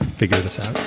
figure this out.